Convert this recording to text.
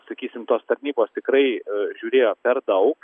sakysim tos tarnybos tikrai žiūrėjo per dau